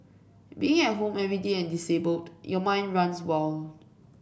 being at home every day and disabled your mind runs wild